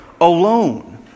alone